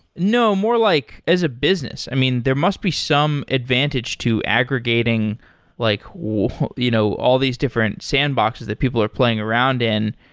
no. more like as a business. i mean, there must be some advantage to aggregating like you know all these different sandboxes that people are playing around in.